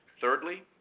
Thirdly